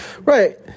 Right